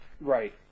Right